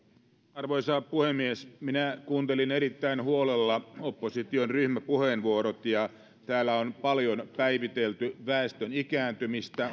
arvoisa puhemies minä kuuntelin erittäin huolella opposition ryhmäpuheenvuorot ja täällä on paljon päivitelty väestön ikääntymistä